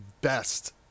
best